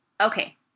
Okay